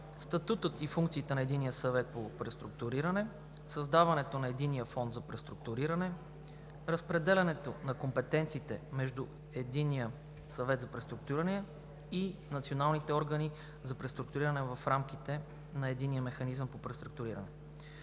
статута и функциите на Единния съвет по преструктуриране, създаването на Единния фонд за преструктуриране, разпределянето на компетенциите между Единния съвет за преструктуриране и националните органи за преструктуриране в рамките на Единния механизъм по преструктуриране,